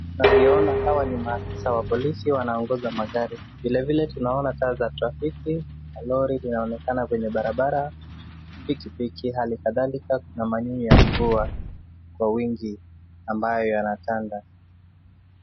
Tunavyoona hawa ni maafisa wa polisi wanaongoza magari vilevile tunaona taa za trafiki na lori zinaonekana kwenye barabara pikipiki hali kadhalika kuna manyunyu ya mvua kwa wingi ambayo yanatanda.